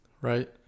right